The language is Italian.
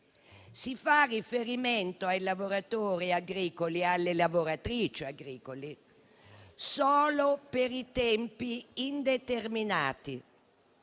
Si fa riferimento ai lavoratori e alle lavoratrici agricoli solo per quelli a tempo indeterminato,